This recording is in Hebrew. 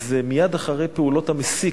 הוא מייד אחר פעולות המסיק,